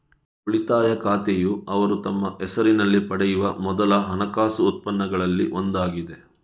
ಉಳಿತಾಯ ಖಾತೆಯುಅವರು ತಮ್ಮ ಹೆಸರಿನಲ್ಲಿ ಪಡೆಯುವ ಮೊದಲ ಹಣಕಾಸು ಉತ್ಪನ್ನಗಳಲ್ಲಿ ಒಂದಾಗಿದೆ